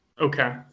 Okay